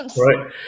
Right